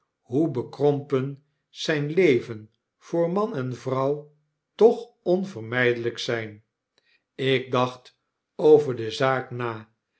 hoe bekrompen zij leven voor man en vrouw toch onvermijdelijk zijn ik dacht over de zaak na